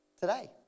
today